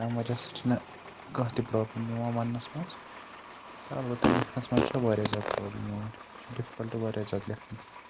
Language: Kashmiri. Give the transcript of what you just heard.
تَمہِ وجہ سۭتۍ چھُنہٕ کانٛہہ تہِ پرٛابلِم یِوان وَننَس منٛز تہٕ البتہ لیکھنَس منٛز چھِ واریاہ زیادٕ پرٛابلِم یِوان یہِ چھُ ڈِفکَلٹ واریاہ زیادٕ لیکھنہٕ کِنۍ